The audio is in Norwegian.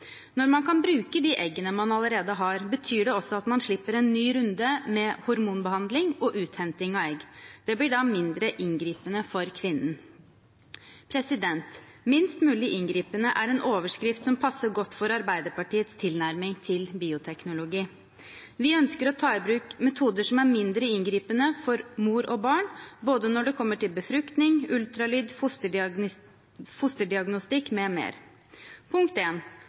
Når man kan bruke de eggene man allerede har, betyr det også at man slipper en ny runde med hormonbehandling og uthenting av egg. Det blir da mindre inngripende for kvinnen. Minst mulig inngripende er en overskrift som passer godt for Arbeiderpartiets tilnærming til bioteknologi. Vi ønsker å ta i bruk metoder som er mindre inngripende for mor og barn når det kommer til både befruktning, ultralyd og fosterdiagnostikk